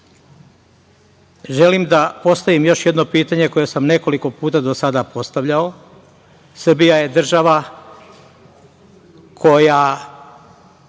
želim da postavim još jedno pitanje koje sam nekoliko puta do sada postavljao. Srbija je država koja